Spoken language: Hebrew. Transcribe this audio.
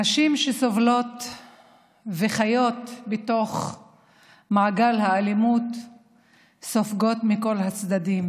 הנשים שסובלות וחיות בתוך מעגל האלימות סופגות מכל הצדדים,